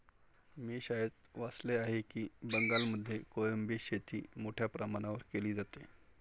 मी शाळेत वाचले आहे की बंगालमध्ये कोळंबी शेती मोठ्या प्रमाणावर केली जाते